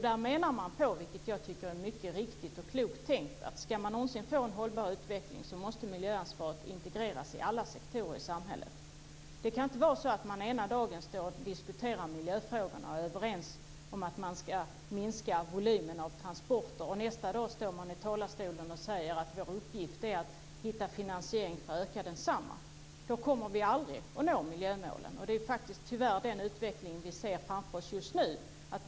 Där menar man - vilket jag tycker är mycket riktigt och klokt tänkt - att ska man någonsin få en hållbar utveckling måste miljöansvaret integreras i alla sektorer i samhället. Det kan inte vara så att man ena dagen diskuterar miljöfrågorna och är överens om att minska volymen av transporter och nästa dag står i talarstolen och säger att vår uppgift är att hitta finansiering för att öka densamma. Då kommer vi aldrig att nå miljömålen. Det är faktiskt tyvärr den utvecklingen vi ser framför oss just nu.